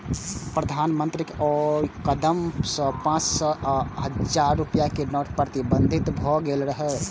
प्रधानमंत्रीक ओइ कदम सं पांच सय आ हजार रुपैया के नोट प्रतिबंधित भए गेल रहै